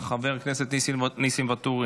חבר הכנסת ניסים ואטורי,